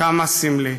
כמה סמלי.